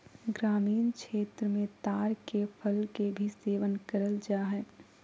ग्रामीण क्षेत्र मे ताड़ के फल के भी सेवन करल जा हय